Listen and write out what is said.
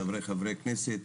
חברי כנסת,